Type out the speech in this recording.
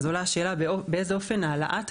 אז עולה השאלה באיזה אופן העלאת היעדים,